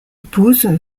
épouse